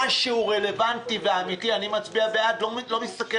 אם משהו רלוונטי ואמיתי, אני מצביע בעד, לא מסתכל